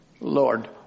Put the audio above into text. Lord